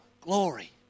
glory